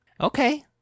Okay